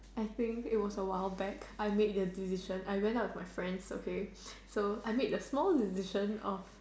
I think it was a while back I made the decision I went out with my friends okay so I made the small decision of